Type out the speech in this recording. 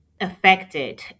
affected